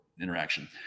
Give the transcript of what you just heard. interaction